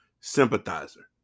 sympathizer